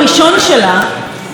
עוד לפני שהיא נבחרה,